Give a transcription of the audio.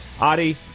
Adi